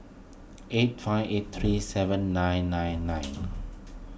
eight five eight three seven nine nine nine